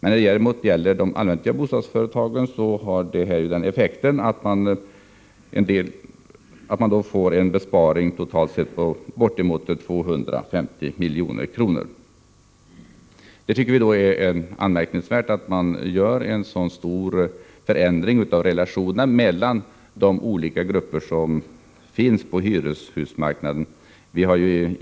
När det däremot gäller de allmännyttiga bostadsföretagen blir effekten att de får en besparing på totalt sett ca 250 milj.kr. Vi tycker att det är anmärkningsvärt att man vill göra en så stor förändring i relationen mellan de olika grupper som finns på hyreshusmarknaden.